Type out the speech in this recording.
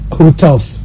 hotels